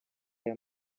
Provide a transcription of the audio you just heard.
aya